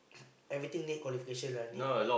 I waiting late qualification lah need